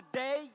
day